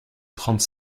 trente